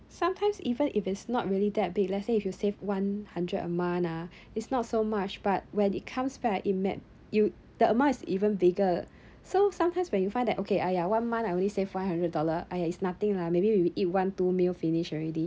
sometimes even if it's not really that big let's say if you save one hundred a month ah it's not so much but when it comes back it may you the amount is even bigger so sometimes when you find that okay !aiya! one month I only save five hundred dollar !aiya! it's nothing lah maybe we eat one two meal finish already